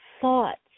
thoughts